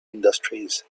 industries